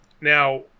Now